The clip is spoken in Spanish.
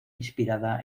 inspirada